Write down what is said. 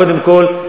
קודם כול,